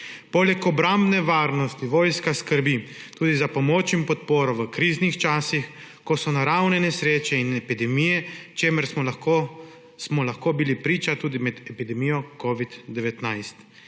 Poleg obrambne varnosti vojska skrbi tudi za pomoč in podporo v kriznih časih, ko so naravne nesreče in epidemije, čemur smo lahko bili priča tudi med epidemijo covida-19.